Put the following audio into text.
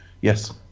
Yes